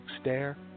stare